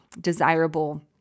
desirable